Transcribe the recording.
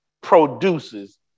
produces